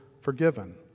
forgiven